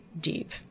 deep